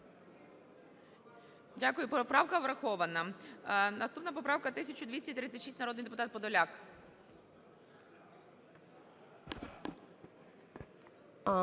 Дякую. Поправка врахована. Наступна поправка 1236, народний депутат Подоляк.